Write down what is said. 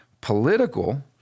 political